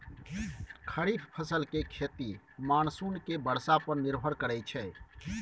खरीफ फसल के खेती मानसून के बरसा पर निर्भर करइ छइ